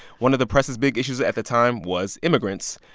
one of the press' big issues at the time was immigrants,